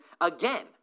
again